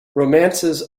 romances